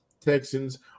Texans